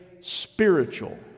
spiritual